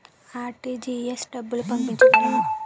RTGS డబ్బులు పంపించగలము?